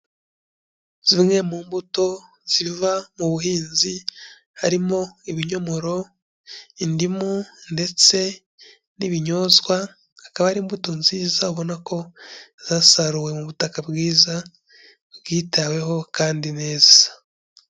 Zimwe mu mbuto ziva mu buhinzi harimo ibinyomoro, indimu ndetse n'ibinyozwa, akaba ari imbuto nziza ubona ko zasaruwe mu butaka bwiza bwitaweho kandi neza.